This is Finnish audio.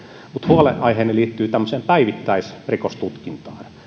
huolenaiheeni liittyy tämmöiseen päivittäisrikostutkintaan